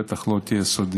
היא בטח לא תהיה סודית.